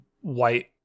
white